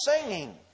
singing